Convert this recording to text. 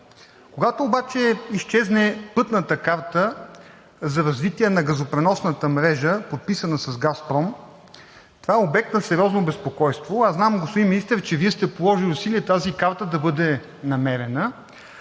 Когато обаче изчезне Пътната карта за развитие на газопреносната мрежа, подписана с „Газпром“, това е обект на сериозно безпокойство. Знам, господин Министър, че Вие сте положили усилия тази карта да бъде намерена,